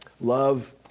Love